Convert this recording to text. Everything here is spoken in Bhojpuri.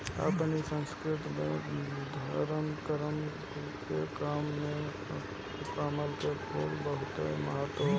अपनी संस्कृति में धरम करम के काम में कमल के फूल के बहुते महत्व हवे